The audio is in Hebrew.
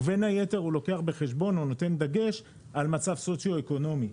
ובין היתר הוא לוקח בחשבון ונותן דגש על מצב סוציו אקונומי.